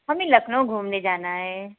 हमें लखनऊ घूमने जाना है